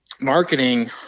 marketing